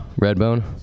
redbone